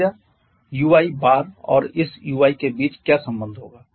फिर ui बार और इस ui के बीच क्या संबंध होगा